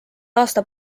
aasta